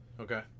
Okay